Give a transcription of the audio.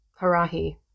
harahi